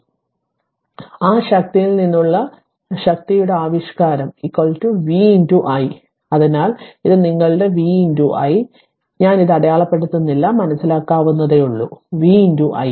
അതിനാൽ ആ ശക്തിയിൽ നിന്നുള്ള ശക്തിയുടെ ആവിഷ്കാരം v i അതിനാൽ ഇത് നിങ്ങളുടെ v I ഞാൻ ഇത് അടയാളപ്പെടുത്തുന്നില്ല മനസ്സിലാക്കാവുന്നതേയുള്ളൂ v i